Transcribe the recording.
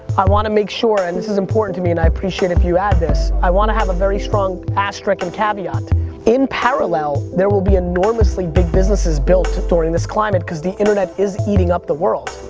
i want to make sure and this is important to me and i'd appreciate if you add this, i want to have a very strong asterisk and caveat in parallel there will be enormously big businesses built during this climate because the internet is eating up the world.